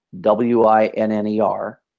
W-I-N-N-E-R